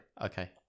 Okay